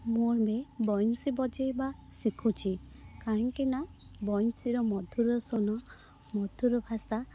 ମୁଁ ଏବେ ବଇଁଶୀ ବଜାଇବା ଶିଖୁଛି କାହିଁକିନା ବଇଁଶୀର ମଧୁର ସ୍ୱନ ମଧୁର ଭାଷା